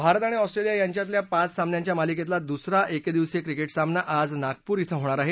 भारत आणि ऑस्ट्रेलिया यांच्यातल्या पाच सामन्यांच्या मालिकेतला दुसरा एकदिवसीय क्रिके सामना आज नागपूर इथं होणार आहे